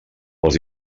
els